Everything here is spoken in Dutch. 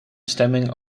stemming